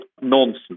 nonsense